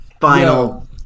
final